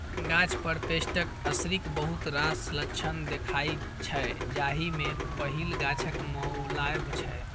गाछ पर पेस्टक असरिक बहुत रास लक्षण देखाइ छै जाहि मे पहिल गाछक मौलाएब छै